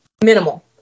minimal